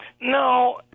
No